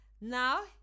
Now